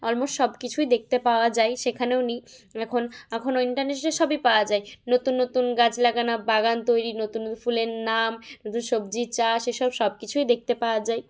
almost সব কিছুই দেখতে পাওয়া যায় সেখানেও নিই এখন এখন ওই ইন্টারনেসে সবই পাওয়া যায় নতুন নতুন গাছ লাগানো বাগান তৈরি নতুন নতুন ফুলের নাম নতুন সবজির চাষ এসব সব কিছুই দেখতে পাওয়া যায়